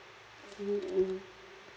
hmm mm